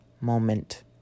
moment